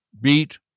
beat